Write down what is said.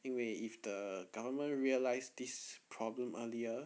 因为 if the government realise this problem earlier